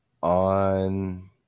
on